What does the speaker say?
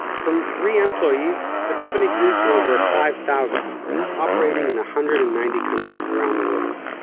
from three employees, the company grew to over five thousand operating in a hundred and ninety countries around the world.